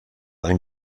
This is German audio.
ein